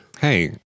Hey